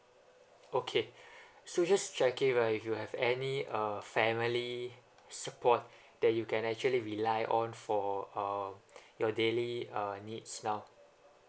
okay so just checking right if you have any uh family support that you can actually rely on for um your daily uh needs now